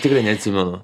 tikrai neatsimenu